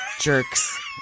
Jerks